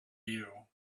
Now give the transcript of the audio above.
you